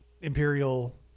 Imperial